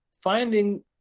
finding